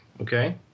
Okay